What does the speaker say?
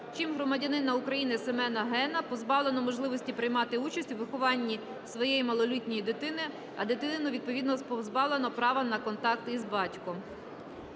чим громадянина України Семена Гена позбавлено можливості приймати участь у вихованні своєї малолітньої дитини, а дитину, відповідно позбавлено права на контакт із батьком.